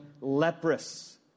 leprous